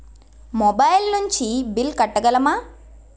Mobile నుంచి bill కట్టగలమ?